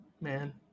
man